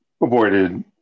avoided